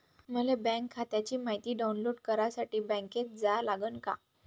मले बँक खात्याची मायती डाऊनलोड करासाठी बँकेत जा लागन का?